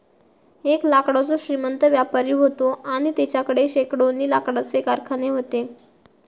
एक लाकडाचो श्रीमंत व्यापारी व्हतो आणि तेच्याकडे शेकडोनी लाकडाचे कारखाने व्हते